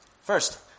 First